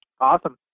Awesome